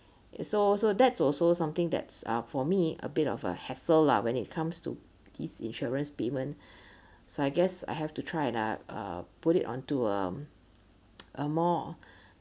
it's also that's also something that's ah for me a bit of a hassle lah when it comes to these insurance payment so I guess I have to try and uh put it onto um a more